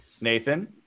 Nathan